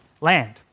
land